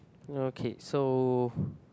okay so